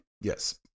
Yes